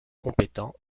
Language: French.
compétent